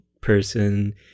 person